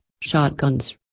shotguns